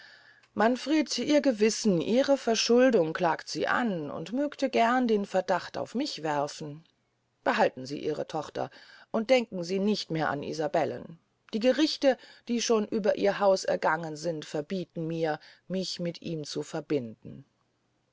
manfred ihr gewissen ihre verschuldung klagt sie an und mögte gern den verdacht auf mich werfen behalten sie ihre tochter und denken sie nicht mehr an isabellen die gerichte die schon über ihr haus ergangen sind verbieten mir mich mit ihm zu verbinden